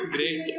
Great